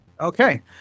Okay